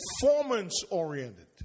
performance-oriented